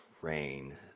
rain